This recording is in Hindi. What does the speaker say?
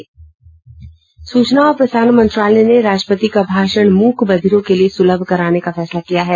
सूचना और प्रसारण मंत्रालय ने राष्ट्रपति का भाषण मूक बधिरों के लिए सुलभ कराने का फैसला किया है